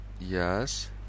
yes